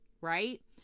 right